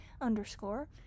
underscore